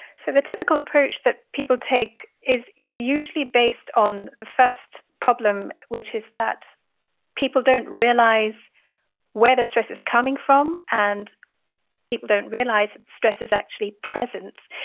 so the typical approach that people take is is usually based on the first problem, which is that people don't realize where their stress is coming from and people don't realize stress is actually present.